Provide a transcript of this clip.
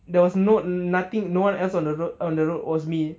there was no nothing no one else on the road on the road was me